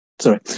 sorry